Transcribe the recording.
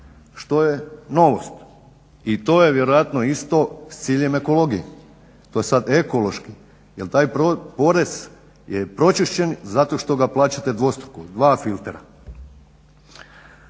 što je novost. I to je vjerojatno isto s ciljem ekologije, to je sada ekološki, jer taj je porez pročišćen zato što ga plaćate dvostruko, dva filtera.